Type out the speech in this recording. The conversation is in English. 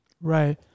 right